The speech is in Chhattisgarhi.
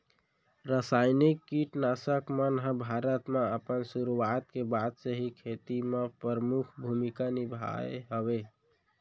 रासायनिक किट नाशक मन हा भारत मा अपन सुरुवात के बाद से खेती मा परमुख भूमिका निभाए हवे